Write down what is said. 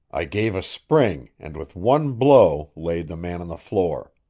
i gave a spring and with one blow laid the man on the floor.